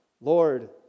Lord